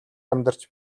амьдарч